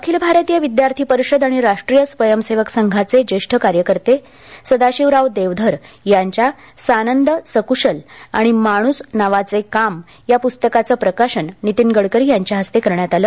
अखिल भारतीय विद्यार्थी परिषद आणि राष्ट्रीय स्वयंसेवक संघाचे ज्येष्ठ कार्यकर्ते सदाशिवराव देवधर यांच्या सानंद सक्शल आणि माणूस नावाचे काम या पुस्तकांचं प्रकाशन नितीन गडकरी यांच्या हस्ते करण्यात आलं